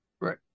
Right